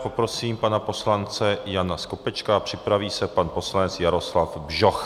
Poprosím pana poslance Jana Skopečka, připraví se pan poslanec Jaroslav Bžoch.